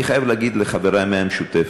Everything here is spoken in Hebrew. אני חייב להגיד לחברי מהמשותפת: